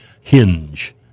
hinge